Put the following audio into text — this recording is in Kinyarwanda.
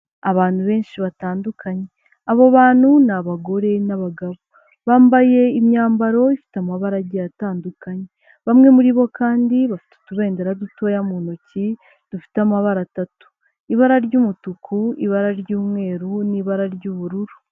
Abantu benshi batandukanye, abo bantu ni abagore n'abagabo, bambaye imyambaro ifite amabara agiye atandukanye, bamwe muri bo kandi bafite utubendera dutoya mu ntoki dufite amabara atatu, ibara ry'umutuku, ibara ry'umweru, n'ibara ry'ubururu.